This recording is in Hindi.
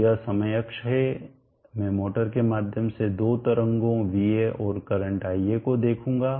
तो यह समय अक्ष है मैं मोटर के माध्यम से 2 तरंगों va और करंट ia को देखूंगा